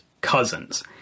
cousins